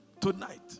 Tonight